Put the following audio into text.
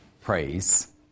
praise